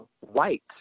white